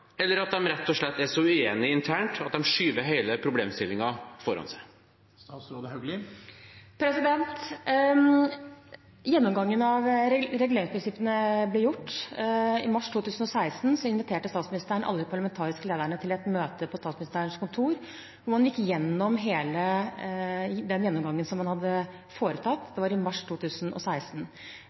skyver hele problemstillingen foran seg? Gjennomgangen av reguleringsprinsippene ble gjort. I mars 2016 inviterte statsministeren alle de parlamentariske lederne til et møte på Statsministerens kontor, hvor man hadde en gjennomgang av alt som man hadde foretatt. Det var i mars 2016.